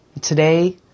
Today